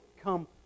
come